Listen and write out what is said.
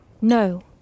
No